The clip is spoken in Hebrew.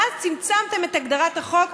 ואז צמצמתם את הגדרת החוק,